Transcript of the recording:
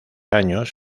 años